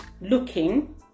looking